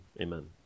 amen